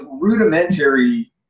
rudimentary